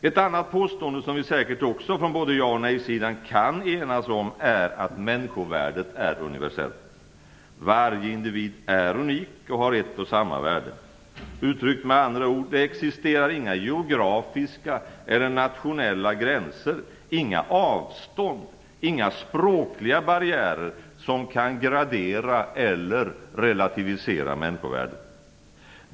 Ett annat påstående som vi säkert från både ja och nej-sidan också kan enas om är att människovärdet är universellt. Varje individ är unik och har ett och samma värde. Uttryckt med andra ord: det existerar inga geografiska eller nationella gränser, inga avstånd, inga språkliga barriärer som kan gradera eller relativisera människovärdet.